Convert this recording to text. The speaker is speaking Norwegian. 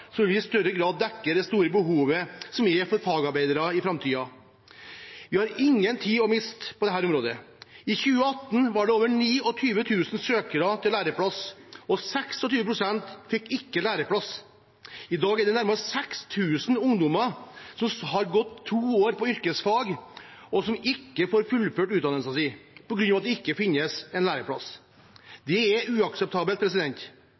vil vi i større grad dekke det store behovet for fagarbeidere i framtiden. Vi har ingen tid å miste på dette området. I 2018 var det over 29 000 søkere til læreplass, og 26 pst. fikk ikke læreplass. I dag er det nesten 6 000 ungdommer som har gått to år på yrkesfag og ikke får fullført utdannelsen sin på grunn av at det ikke finnes en læreplass.